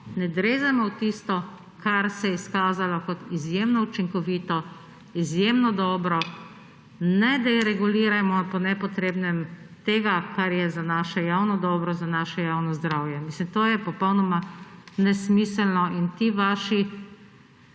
ne drezajmo v tisto, kar se je izkazalo kot izjemno učinkovito, izjemno dobro, ne deregulirajmo po nepotrebnem tega, kar je za naše javno dobro in za naše javno zdravje. To je popolnoma nesmiselno in ti vaši